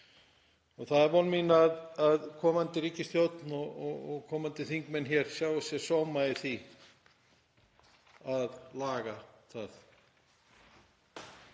Það er von mín að komandi ríkisstjórn og komandi þingmenn sjái sóma sinn í því að laga það.